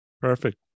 Perfect